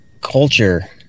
culture